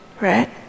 right